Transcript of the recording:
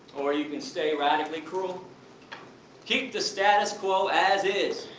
or you can stay radically cruel keep the status quo as is,